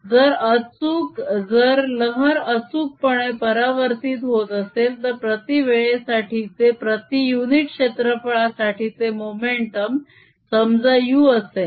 जर लहर अचूकपणे परावर्तीत होत असेल तर प्रती वेळेसाठीचे प्रती युनिट क्षेत्रफळासाठीचे मोमेंटम समजा u असेल